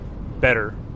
better